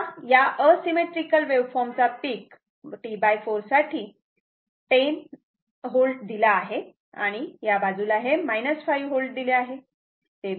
समजा या asymmetrical waveform चा पिक T4 साठी 10 V दिला आहे आणि या बाजूला हे 5V दिले आहे